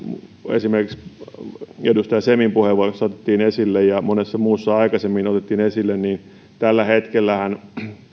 esimerkiksi edustaja semin puheenvuorossa otettiin esille ja monessa muussa aikaisemmin otettiin esille tällä hetkellähän